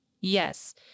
Yes